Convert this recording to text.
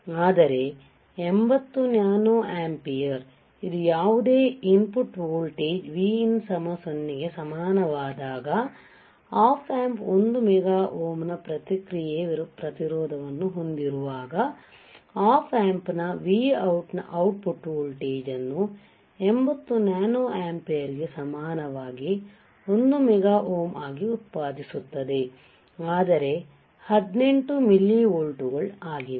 ಆದರೆ 80 nano ampere ಇದು ಯಾವುದೇ ಇನ್ ಪುಟ್ ವೋಲ್ಟೇಜ್ Vin 0 ಗೆ ಸಮವಾದಾಗ ಆಪ್ ಆಂಪ್ 1 ಮೆಗಾ ಓಮ್ ನ ಪ್ರತಿಕ್ರಿಯೆ ಪ್ರತಿರೋಧವನ್ನು ಹೊಂದಿರುವಾಗ ಆಪ್ ಆಂಪ್ ನ Vout ನ ಔಟ್ ಪುಟ್ ವೋಲ್ಟೇಜ್ ಅನ್ನು 80 ನ್ಯಾನೋ ಆಂಪಿಯರ್ ಗೆ ಸಮನಾಗಿ 1 ಮೆಗಾ ಓಮ್ ಆಗಿ ಉತ್ಪಾದಿಸುತ್ತದೆ ಆದರೆ 18 ಮಿಲಿವೋಲ್ಟ್ ಗಳು ಆಗಿದೆ